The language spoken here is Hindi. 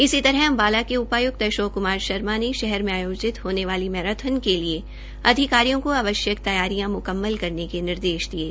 इसी तरह अम्बाला के उपाय्क्त अशोक क्मार शर्मा ने शहर मे आयोजित होने वाली मैराथन के लिए अधिकारियों को आवश्यक तैयारियां मुकम्मल करने के निर्देश दिये